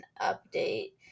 update